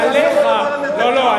עליך, לא לא.